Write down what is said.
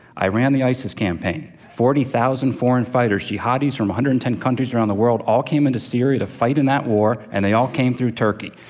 i ran the isis campaign. forty thousand foreign fighters, jihadi's from one hundred and ten countries around the world all came into syria to fight in that war and they all came through turkey.